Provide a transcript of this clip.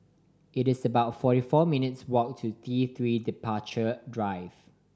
it is about forty four minutes' walk to T Three Departure Drive